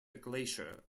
glacier